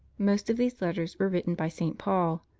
most of these letters were written by saint paul.